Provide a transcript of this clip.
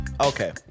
Okay